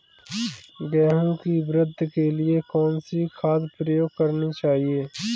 गेहूँ की वृद्धि के लिए कौनसी खाद प्रयोग करनी चाहिए?